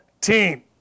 team